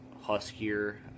huskier